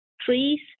trees